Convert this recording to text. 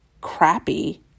crappy